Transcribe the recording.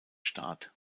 staat